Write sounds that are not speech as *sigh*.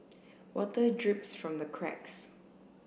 *noise* water drips from the cracks